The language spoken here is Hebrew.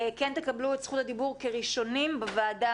תקבלו את זכות הדיבור כראשונים בוועדה